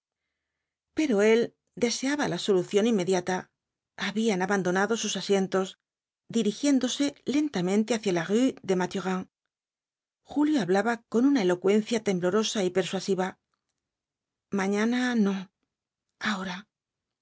pero él deseaba la solución inmediata habían abandonado sus asientos dirigiéndose lentamente hacia la rué des mathurins julio hablaba con una elocuencia temblorosa y persuasiva mañana no ahora